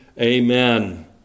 Amen